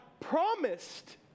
promised